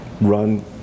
run